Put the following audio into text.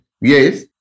Yes